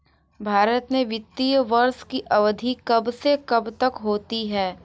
भारत में वित्तीय वर्ष की अवधि कब से कब तक होती है?